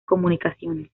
comunicaciones